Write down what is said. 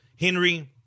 Henry